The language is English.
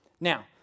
Now